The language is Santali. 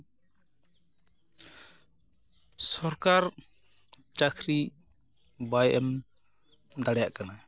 ᱥᱚᱨᱠᱟᱨ ᱪᱟᱠᱨᱤ ᱵᱟᱭ ᱮᱢ ᱫᱟᱲᱮᱭᱟᱜ ᱠᱟᱱᱟ